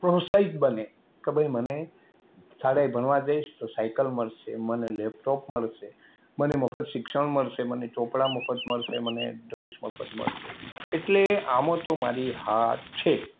પ્રોત્સાહિત બને કે ભાઈ મને શાળાએ ભણવા જઇશ તો સાઇકલ મળશે મને લૅપટૉપ મળશે મને મફત શિક્ષણ મળશે મને ચોપડા મફત મળશે મને ડ્રૅસ મફત મળશે એટલે આમાં તો મારી હા છે